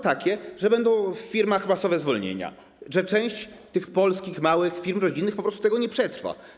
Takie, że w firmach będą masowe zwolnienia, że część tych polskich małych firm rodzinnych po prostu tego nie przetrwa.